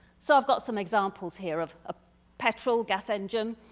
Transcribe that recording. so i've got some examples here of a petrol gas engine.